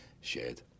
shared